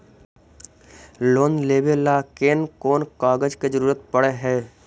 Loan लेबे ल कैन कौन कागज के जरुरत पड़ है?